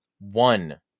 one